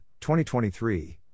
2023